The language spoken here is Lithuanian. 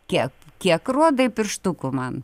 kiek kiek rodai pirštukų man